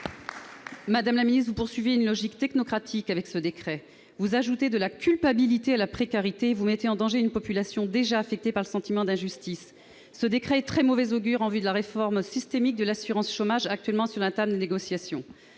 madame la ministre, vous poursuivez une logique technocratique et ajoutez de la culpabilité à la précarité. Vous mettez en danger une population déjà affectée par le sentiment d'injustice. Vous n'avez pas écouté la réponse ! Ce décret est de très mauvais augure en vue de la réforme systémique de l'assurance chômage actuellement sur la table des négociations.